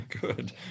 Good